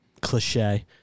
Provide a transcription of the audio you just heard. cliche